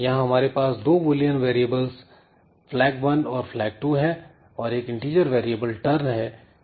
यहां हमारे पास दो बुलियन वैरियेबल्स flag1 और flag2 है और एक इंटिजर वेरिएबल turn है